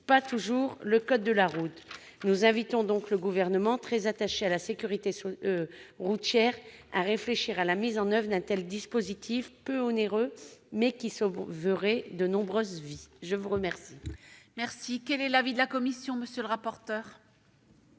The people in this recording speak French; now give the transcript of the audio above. pas toujours le code de la route. Nous invitons par conséquent le Gouvernement, très attaché à la sécurité routière, à réfléchir à la mise en oeuvre d'un dispositif peu onéreux, mais qui sauverait de nombreuses vies. Quel